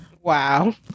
Wow